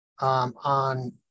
on